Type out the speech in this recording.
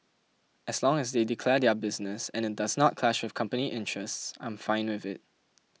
as long as they declare their business and it does not clash with company interests I'm fine with it